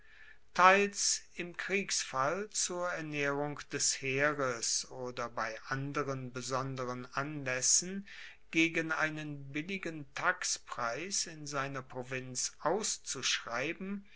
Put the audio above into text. teils im kriegsfall zur ernaehrung des heeres oder bei anderen besonderen anlaessen gegen einen billigen taxpreis in seiner provinz auszuschreiben